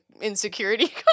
insecurity